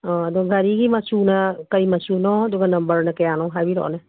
ꯑꯣ ꯑꯗꯣ ꯒꯥꯔꯤꯒꯤ ꯃꯆꯨꯅ ꯀꯔꯤ ꯃꯆꯨꯅꯣ ꯑꯗꯨꯒ ꯅꯝꯕꯔꯅ ꯀꯌꯥꯅꯣ ꯍꯥꯏꯕꯤꯔꯛꯑꯣꯅꯦ